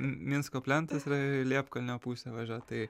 minsko plentas yra į liepkalnio pusę važiuot tai